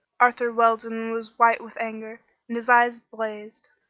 arthur weldon was white with anger, and his eyes blazed.